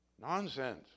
Nonsense